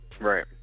Right